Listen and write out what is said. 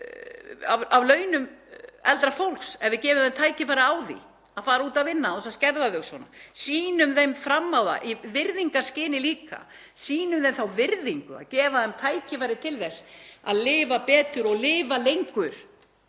af launum eldra fólks ef við gefum þeim tækifæri á því að fara út að vinna án þess að skerða þau svona. Sýnum þeim fram á það í virðingarskyni líka, sýnum þeim þá virðingu að gefa þeim tækifæri til þess að lifa betur og lifa lengur